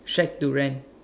shack to rent